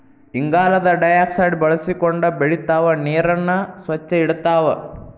ಇಂಗಾಲದ ಡೈಆಕ್ಸೈಡ್ ಬಳಸಕೊಂಡ ಬೆಳಿತಾವ ನೇರನ್ನ ಸ್ವಚ್ಛ ಇಡತಾವ